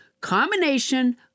combination